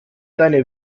deine